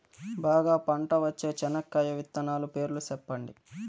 బాగా పంట వచ్చే చెనక్కాయ విత్తనాలు పేర్లు సెప్పండి?